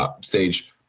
Stage